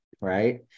right